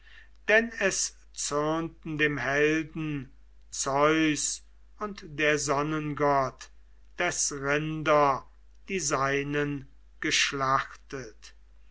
denn es zürnten dem helden zeus und der sonnengott des rinder die seinen geschlachtet